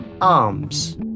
arms